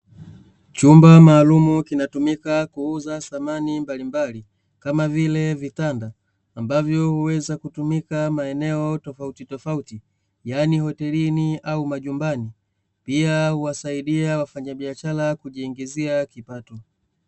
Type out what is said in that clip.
Chumba malumu kinatumika kuuza samani mbalimbali kama vile vitanda, ambavyo huweza kutumika maeneo tofautitofauti yaani hotelini au majumbani, pia huwasaidia wafanyabiashara kujiingizia kipato.